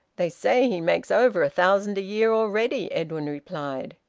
they say he makes over a thousand a year already, edwin replied.